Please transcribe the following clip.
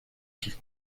sus